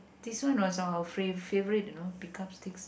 this one was our fav~ favourite you know pick up sticks